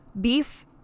beef